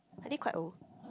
are they quite old